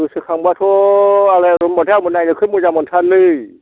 गोसोखांबाथ' आलायारन होनबाथाय आंबो नायनो खोब मोजां मोनथारोलै